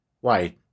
Why